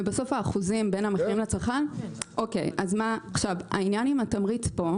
לגבי העניין עם התמריץ,